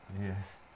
Yes